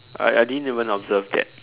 I I didn't even observe that